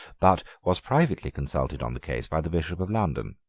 but was privately consulted on the case by the bishop of london.